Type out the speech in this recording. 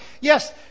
Yes